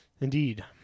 Indeed